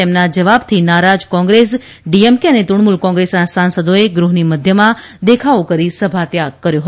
તેમના જવાબથી નારાજ કોંગ્રેસ ડીએમકે અને તૃણમૂલ કોંગ્રેસના સાંસદોએ ગૃહની મધ્યમાં દેખાવો કરી સભાત્યાગ કર્યો હતો